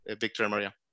Victoria